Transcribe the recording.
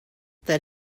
that